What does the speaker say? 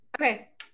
Okay